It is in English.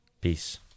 Peace